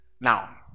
Now